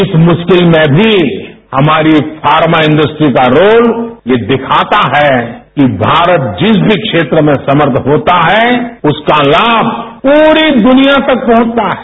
इस मुश्किल में भी हमारी फार्मा इंडस्ट्री का रोल ये दिखाता है कि भारत जिस भी क्षेत्र में समर्थ होता है उसका लाभ पूरी दुनिया तक पहुंचता है